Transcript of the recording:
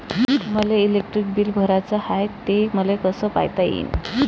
मले electric bill भराचं हाय, ते मले कस पायता येईन?